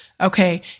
Okay